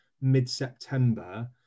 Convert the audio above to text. mid-September